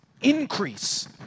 increase